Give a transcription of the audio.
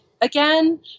again